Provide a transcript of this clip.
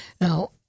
Now